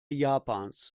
japans